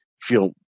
feel